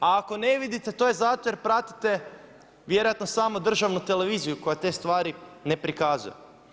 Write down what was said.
A ako ne vidite to je zato jer pratite vjerojatno samo državnu televiziju koja te stvari ne prikazuje.